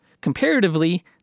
Comparatively